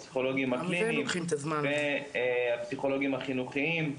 הפסיכולוגים הקליניים והפסיכולוגים החינוכיים,